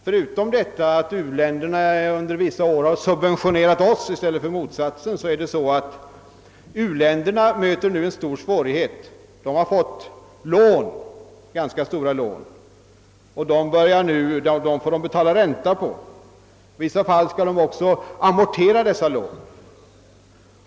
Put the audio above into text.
Förutom att u-länderna under vissa år subventionerat oss i stället för motsatsen, möter u-länderna nu en stor svårighet. De har fått lån, ganska stora lån, och dem får de betala ränta på. I vissa fall skall de också amortera dessa lån.